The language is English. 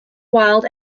wild